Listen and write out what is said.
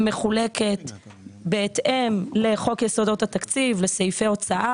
המחולק לתכניות לפי הצורך,